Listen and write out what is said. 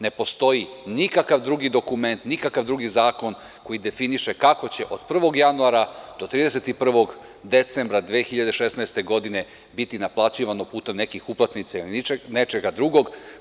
Ne postoji nikakav drugi dokument, nikakav drugi zakon, koji definiše kako će od 1. januara do 31. decembra 2016. godine biti naplaćivano, putem nekakvih uplatnica ili nečega drugog.